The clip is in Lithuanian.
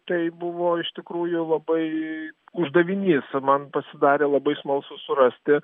tai buvo iš tikrųjų labai uždavinys man pasidarė labai smalsu surasti